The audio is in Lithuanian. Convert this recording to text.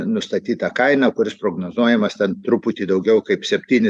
nustatytą kainą kuris prognozuojamas ten truputį daugiau kaip septyni